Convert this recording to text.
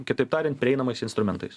kitaip tariant prieinamais instrumentais